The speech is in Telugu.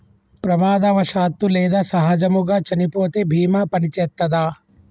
ప్రమాదవశాత్తు లేదా సహజముగా చనిపోతే బీమా పనిచేత్తదా?